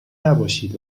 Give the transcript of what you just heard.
نباشید